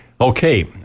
Okay